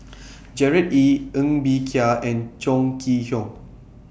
Gerard Ee Ng Bee Kia and Chong Kee Hiong